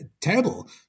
terrible